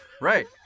right